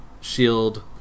shield